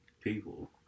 people